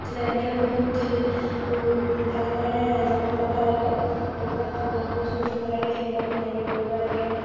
তেনেকৈ বহুত ভালদৰে যত্ন ল'ব লাগে এইবিলাক সতেজ বস্তু খাব লাগে সেইবিলাক তেনেকৈ কৰিব লাগে